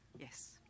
Yes